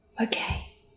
okay